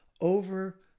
over